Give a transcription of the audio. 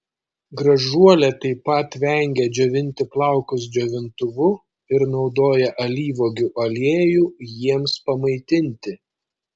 gražuolė taip pat vengia džiovinti plaukus džiovintuvu ir naudoja alyvuogių aliejų jiems pamaitinti